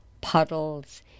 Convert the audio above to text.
puddles